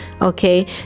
okay